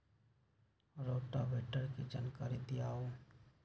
Rotavator के जानकारी दिआउ?